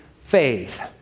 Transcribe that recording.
faith